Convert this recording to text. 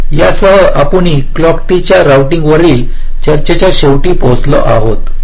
तर यासह आपण क्लॉक ट्री च्या रोऊटिंगवरील चर्चेच्या शेवटी पोहोचलो आहोत